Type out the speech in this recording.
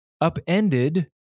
upended